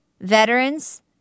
veterans